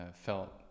felt